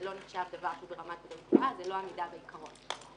זה לא עמידה בעיקרון.